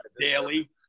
daily